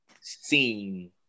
seen